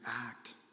act